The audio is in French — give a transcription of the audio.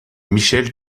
michael